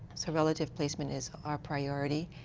so relative placement is our priority.